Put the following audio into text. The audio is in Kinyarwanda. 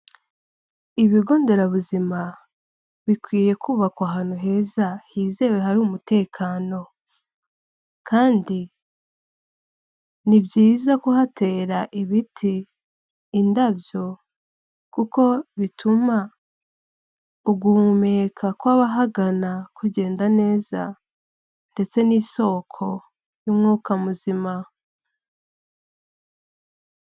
Ibigo nderabuzima bikwiye kubakwa ahantu heza hizewe hari umutekano, kandi ni byiza kuhatera ibiti indabyo, kuko bituma uguhumeka kw'abahagana kugenda neza, ndetse n'isoko y'umwuka muzima.